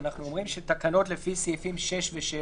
שאנחנו אומרים שתקנות לפי סעיפים 6 ו-7